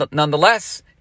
nonetheless